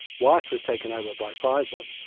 wyeth was taken over by pfizer.